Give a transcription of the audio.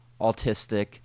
autistic